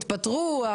התפטרו.